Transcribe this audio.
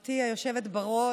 גברתי היושבת-ראש,